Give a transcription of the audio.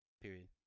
Period